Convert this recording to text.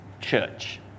church